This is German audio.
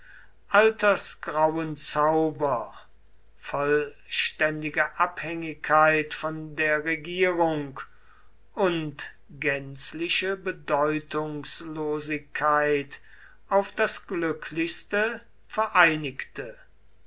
altersgrauen zauber vollständige abhängigkeit von der regierung und gänzliche bedeutungslosigkeit auf das glücklichste vereinigte